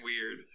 weird